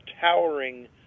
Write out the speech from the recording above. towering